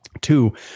Two